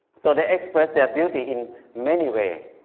so they express that beauty in many ways.